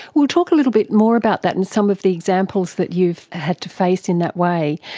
we'll talk a little bit more about that and some of the examples that you've had to face in that way.